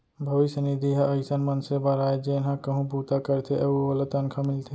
भविस्य निधि ह अइसन मनसे बर आय जेन ह कहूँ बूता करथे अउ ओला तनखा मिलथे